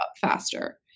faster